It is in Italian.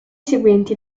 seguenti